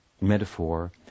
metaphor